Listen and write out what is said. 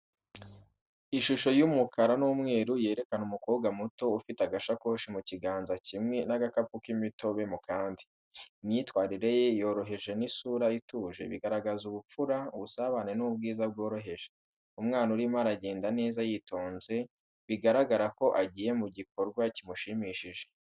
Ishusho y’umukara n’umweru yerekana umukobwa muto ufite agashakoshi mu kiganza kimwe n’agacupa k’imitobe mu kandi. Imyitwarire ye yoroheje n’isura ituje bigaragaza ubupfura, ubusabane n’ubwiza bworoheje. Umwana arimo aragenda neza yitonze, bigaragara ko agiye mu gikorwa kimushimishije.